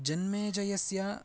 जनमेजयस्य